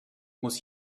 muss